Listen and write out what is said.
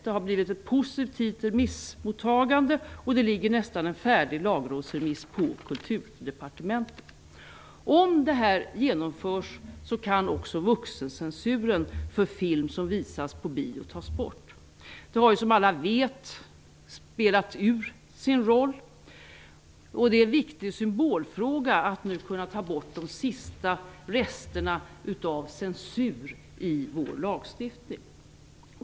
Remissmottagandet har varit positivt, och det ligger en nästan färdig lagrådsremiss på Kulturdepartementet. Om det här förslaget genomförs kan också vuxencensuren för film som visas på bio tas bort. Det har som alla vet spelat ut sin roll. Det är en viktig symbolfråga att nu kunna ta bort de sista resterna av censur i vår lagstiftning.